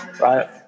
Right